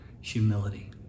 humility